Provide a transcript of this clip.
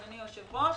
אדוני היושב-ראש,